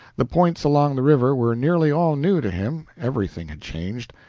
the points along the river were nearly all new to him, everything had changed,